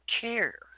care